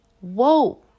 Whoa